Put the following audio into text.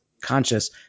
conscious